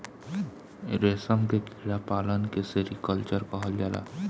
रेशम के कीड़ा पालन के सेरीकल्चर कहल जाला